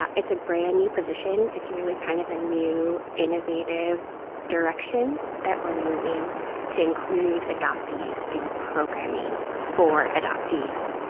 ah it's a brand new position. it's really kind of a new, innovative direction that we're moving to include adoptees in programming for adoptees.